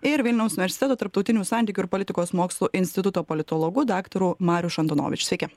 ir vilniaus universiteto tarptautinių santykių ir politikos mokslų instituto politologu daktaru mariuš antonovič sveiki